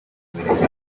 mirenge